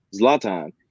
Zlatan